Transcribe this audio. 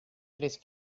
tres